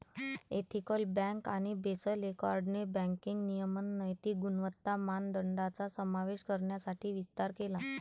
ethical bank आणि Basel एकॉर्डने banking नियमन नैतिक गुणवत्ता मानदंडांचा समावेश करण्यासाठी विस्तार केला